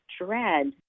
dread